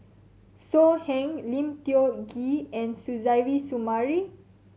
So Heng Lim Tiong Ghee and Suzairhe Sumari